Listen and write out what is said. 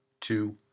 two